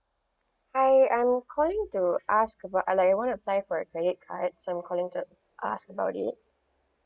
hi I'm calling to ask about I like wanna apply for a credit card so I'm calling to ask about it